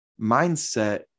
mindset